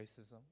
racism